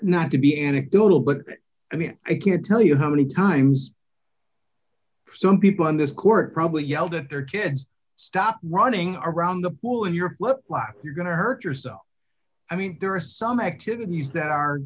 not to be anecdotal but i mean i can't tell you how many times some people in this court probably yelled at their kids stop running around the pool and your lip lock you're going to hurt yourself i mean there are some activities that are